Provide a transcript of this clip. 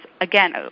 again